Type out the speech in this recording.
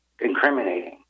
incriminating